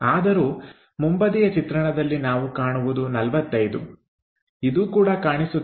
ಆದರೂ ಮುಂಬದಿಯ ಚಿತ್ರಣದಲ್ಲಿ ನಾವು ಕಾಣುವುದು 45 ಇದು ಕೂಡ ಕಾಣಿಸುತ್ತದೆ